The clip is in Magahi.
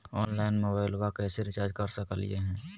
ऑनलाइन मोबाइलबा कैसे रिचार्ज कर सकलिए है?